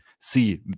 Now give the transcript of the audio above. see